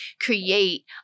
create